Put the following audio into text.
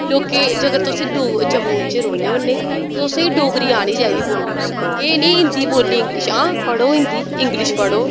लोकें जेकर तुस जम्मू च रौह्ने होन्ने तुसें डोगरी आनी चाहिदी बोलने ई एह् नी हिन्दी बोलनी इंगलिश हां पढ़ो हिन्दी इंगलिश पढ़ो